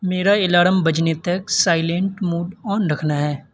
میرا الارم بجنے تک سائلینٹ موڈ آن رکھنا ہے